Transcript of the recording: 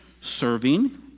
serving